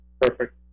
Perfect